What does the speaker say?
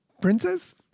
princess